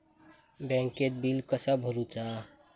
बँकेत बिल कसा भरुचा?